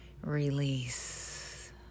Release